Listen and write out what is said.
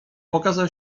pokazał